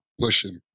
pushing